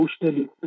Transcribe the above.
emotionally